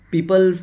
People